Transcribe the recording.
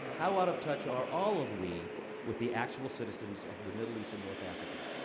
how out of touch are all of we with the actual citizens of the middle east and north africa?